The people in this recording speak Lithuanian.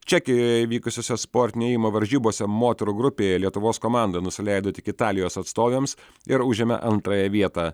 čekijoje įvykusiose sportinio ėjimo varžybose moterų grupėje lietuvos komanda nusileido tik italijos atstovėms ir užėmė antrąją vietą